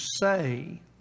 say